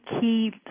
key